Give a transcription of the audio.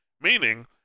Meaning